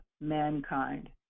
mankind